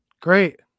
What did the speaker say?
Great